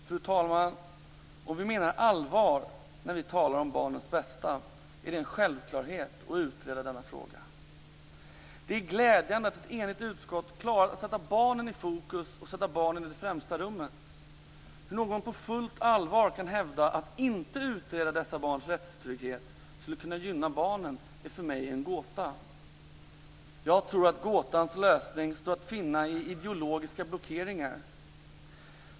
Fru talman! Om vi menar allvar när vi talar om barnens bästa är det en självklarhet att utreda denna fråga. Det är glädjande att ett enigt utskott klarat att sätta barnen i fokus och sätta barnen i främsta rummet. Hur någon på fullt allvar kan hävda att inte utreda dessa barns rättstrygghet skulle kunna gynna barnen är för mig en gåta. Jag tror att gåtans lösning står att finna i ideologiska blockeringar.